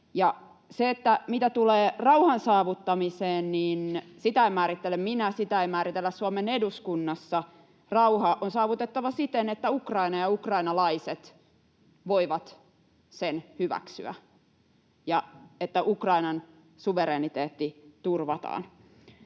Ja mitä tulee rauhan saavuttamiseen, niin sitä en määrittele minä, eikä sitä määritellä Suomen eduskunnassa. Rauha on saavutettava siten, että Ukraina ja ukrainalaiset voivat sen hyväksyä ja että Ukrainan suvereniteetti turvataan.